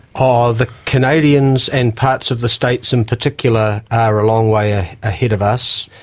ah the canadians and parts of the states in particular are a long way ah ahead of us.